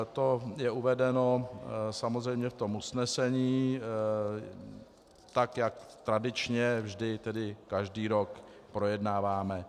To je uvedeno samozřejmě v tom usnesení, tak jak tradičně každý rok projednáváme.